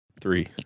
Three